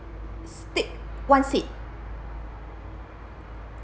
take one seat